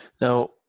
Now